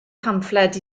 pamffled